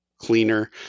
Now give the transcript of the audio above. cleaner